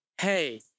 hey